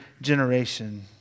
generation